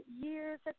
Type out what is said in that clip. years